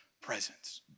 presence